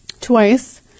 twice